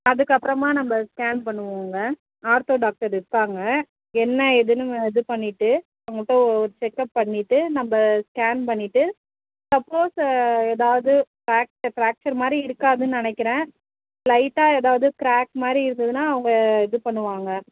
அதுக்கப்புறமா நம்ப ஸ்கேன் பண்ணுவோம்ங்க ஆர்த்தோ டாக்டர் இருப்பாங்க என்ன ஏதுன்னு இது பண்ணிவிட்டு அவங்கள்ட்ட ஒரு செக்கப் பண்ணிவிட்டு நம்ப ஸ்கேன் பண்ணிவிட்டு சப்போஸ் எதாவது ஃப்ராக்ச்சர் ஃப்ராக்ச்சர் மாதிரி இருக்காதுன்னு நினைக்கிறேன் லைட்டாக எதாவது க்ராக் மாதிரி இருந்துதுன்னா அவங்க இது பண்ணுவாங்க